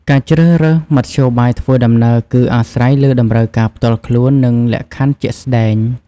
ការជ្រើសរើសមធ្យោបាយធ្វើដំណើរគឺអាស្រ័យលើតម្រូវការផ្ទាល់ខ្លួន និងលក្ខខណ្ឌជាក់ស្តែង។